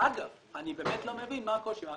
אגב, אני באמת לא מבין מה החשש.